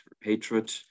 hatred